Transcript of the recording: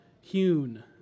hewn